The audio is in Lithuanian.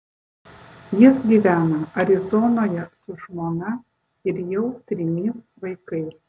jis gyvena arizonoje su žmona ir jau trimis vaikais